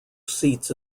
seats